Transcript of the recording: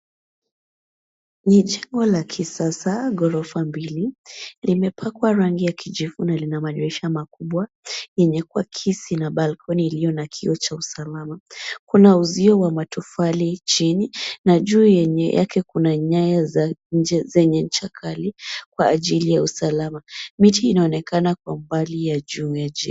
Ni jengo la kisasa ghorofa mbili. Limepakwa rangi ya kijivu na lina madirisha makubwa yenye kuakisi na balkoni iliyo na kiooo cha usalama. Kuna uzio wa matofali chini na juu yake kuna nyaya zenye ncha kali kwa ajili ya usalama. Miti inaonekana kwa umbali ya jengo hili.